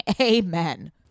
amen